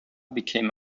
became